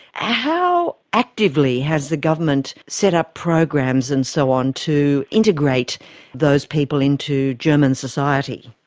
how actively has the government set up programs and so on to integrate those people into german society?